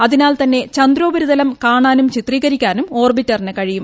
അതിനാൽ തന്നെ ചന്ദ്രോപരിതലം കാണാനു ചിത്രീകരിക്കാനും ഓർബിറ്ററിന് കഴിയും